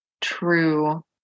true